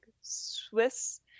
Swiss